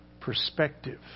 perspective